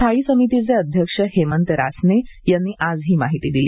स्थायी समितीचे अध्यक्ष हेमंत रासने यांनी आज ही माहिती दिली